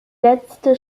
letzte